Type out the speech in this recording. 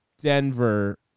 Denver